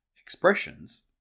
expressions